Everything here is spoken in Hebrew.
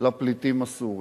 לפליטים הסורים.